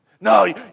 no